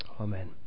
Amen